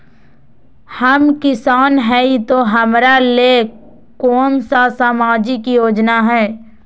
हम किसान हई तो हमरा ले कोन सा सामाजिक योजना है?